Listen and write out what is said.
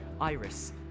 Iris